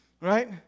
Right